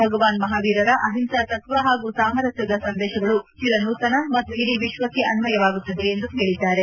ಭಗವಾನ್ ಮಹಾವೀರರ ಅಹಿಂಸಾ ತತ್ವ ಹಾಗೂ ಸಾಮರಸ್ಕದ ಸಂದೇಶಗಳು ಚಿರನೂತನ ಮತ್ತು ಇಡೀ ವಿಶ್ವಕ್ಕೆ ಅನ್ವಯವಾಗುತ್ತವೆ ಎಂದು ಸಂದೇಶ ನೀಡಿದ್ದಾರೆ